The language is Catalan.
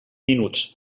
minuts